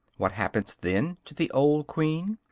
what happens then to the old queen?